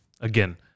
Again